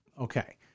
Okay